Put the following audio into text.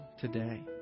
today